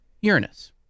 Uranus